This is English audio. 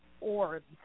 orbs